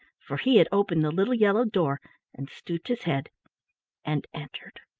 for he had opened the little yellow door and stooped his head and entered.